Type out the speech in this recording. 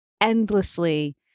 endlessly